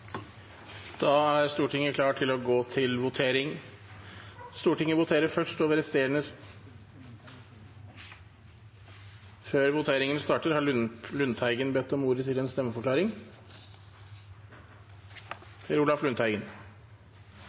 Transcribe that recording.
Da er Stortinget klar til å gå til votering, og vi voterer først over